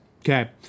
Okay